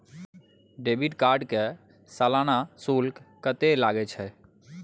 Debit card के सालाना शुल्क कत्ते लगे छै?